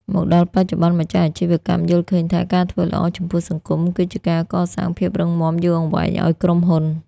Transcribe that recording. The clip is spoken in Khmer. មកដល់បច្ចុប្បន្ន ម្ចាស់អាជីវកម្មយល់ឃើញថា ការធ្វើល្អចំពោះសង្គម គឺជាការកសាងភាពរឹងមាំយូរអង្វែងឱ្យក្រុមហ៊ុន។